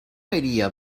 idea